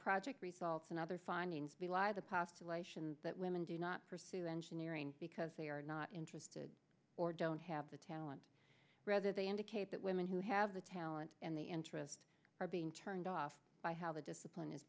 project results and other findings belie the postulation that women do not pursue engineering because they are not interested or don't have the talent rather they indicate that women who have the talent and the interest are being turned off by how the discipline is